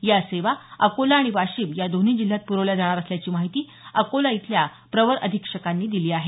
या सेवा अकोला आणि वाशिम या दोन्ही जिल्ह्यात प्रवल्या जाणार असल्याची माहिती अकोला इथल्या प्रवर अधीक्षकांनी दिली आहे